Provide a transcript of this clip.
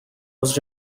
was